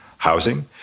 housing